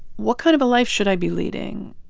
what kind of a life should i be leading?